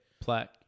Plaque